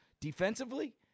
defensively